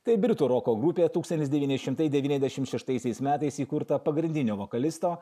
tai britų roko grupė tūkstantis devyni šimtai devyniasdešim šeštaisiais metais įkurta pagrindinio vokalisto